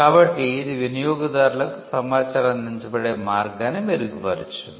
కాబట్టి ఇది వినియోగదారులకు సమాచారం అందించబడే మార్గాన్ని మెరుగుపరిచింది